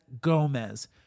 Gomez